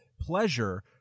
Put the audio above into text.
pleasure